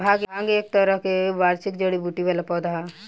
भांग एक तरह के वार्षिक जड़ी बूटी वाला पौधा ह